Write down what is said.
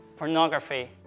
pornography